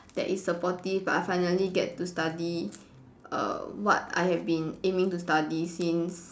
that is supportive but I finally get to study err what I have been aiming to study since